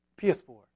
PS4